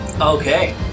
Okay